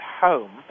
home